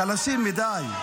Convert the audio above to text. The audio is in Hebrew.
חלשים מדי.